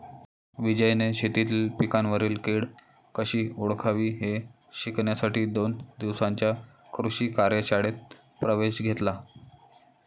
विजयने शेतीतील पिकांवरील कीड कशी ओळखावी हे शिकण्यासाठी दोन दिवसांच्या कृषी कार्यशाळेत प्रवेश घेतला